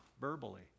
verbally